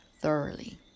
thoroughly